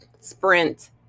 Sprint